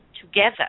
together